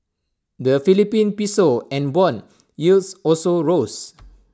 the Philippine Piso and Bond yields also rose